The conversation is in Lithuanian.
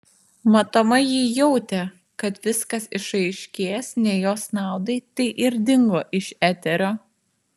matomai ji jautė kad viskas išaiškės ne jos naudai tai ir dingo iš eterio